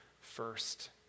first